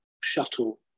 Shuttle